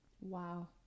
Wow